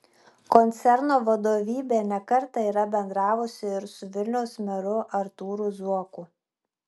koncerno vadovybė ne kartą yra bendravusi ir su vilniaus meru artūru zuoku